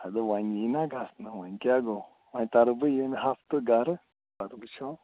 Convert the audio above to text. اَدٕ وۅنۍ یِیہِ نا گَژھ نہٕ وۅنۍ کیٛاہ گوٚو وۅنۍ تَرٕ بہٕ ییٚمہِ ہَفتہٕ گَرٕ پَتہٕ وُچھو